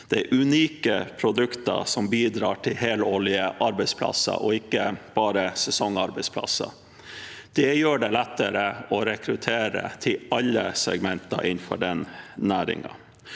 Det er unike produkter som bidrar til helårige arbeidsplasser, ikke bare sesongarbeidsplasser. Det gjør det lettere å rekruttere til alle segmenter innenfor næringen.